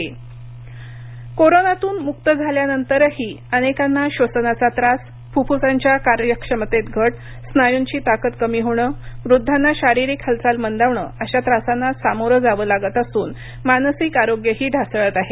corona लातर कोरोनातून मुक्त झाल्यानंतरही अनेकांना श्वासनाचा त्रास फुफ्फुसाच्या कार्यक्षमतेत घट स्नायूंची ताकद कमी होणं वृध्दांना शारीरिक हालचाल मंदावण अशा त्रासांना सामोरं जावं लागत असून मानसिक आरोग्यही ढासळत आहे